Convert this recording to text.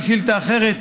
בשאילתה אחרת,